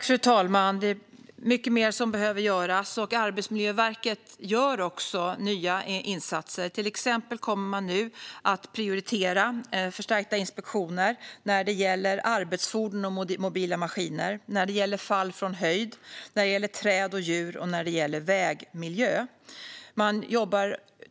Fru talman! Mycket mer behöver göras, och Arbetsmiljöverket gör också nya insatser. Exempelvis kommer man nu att prioritera förstärkta inspektioner när det gäller arbetsfordon och mobila maskiner, fall från höjd, träd och djur samt vägmiljö.